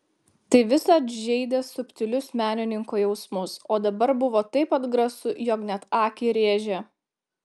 tai visad žeidė subtilius menininko jausmus o dabar buvo taip atgrasu jog net akį rėžė